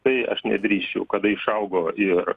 tai aš nedrįsčiau kada išaugo ir